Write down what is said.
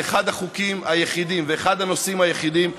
זה אחד החוקים היחידים ואחד הנושאים היחידים,